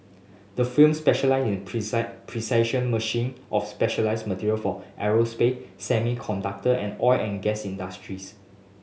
the firm specialise in precise precision machine of specialised material for aerospace semiconductor and oil and gas industries